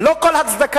ללא כל הצדקה.